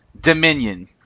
dominion